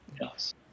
Yes